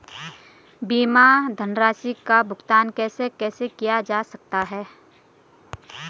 बीमा धनराशि का भुगतान कैसे कैसे किया जा सकता है?